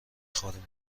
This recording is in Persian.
خوریم